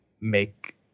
make